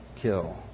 kill